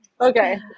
Okay